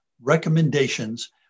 recommendations